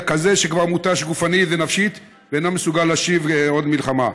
אלא כזה שכבר מותש גופנית ונפשית ואינו מסוגל להשיב עוד מלחמה?